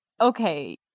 okay